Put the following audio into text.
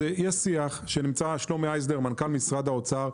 יש שיח של מנכ"ל משרד האוצר,